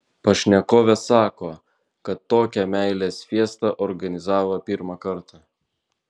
pašnekovė sako kad tokią meilės fiestą organizavo pirmą kartą